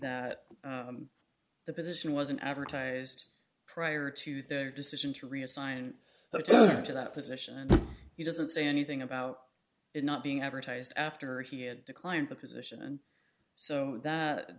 that the position wasn't advertised prior to their decision to reassign to that position and he doesn't say anything about it not being advertised after he had declined the position and so that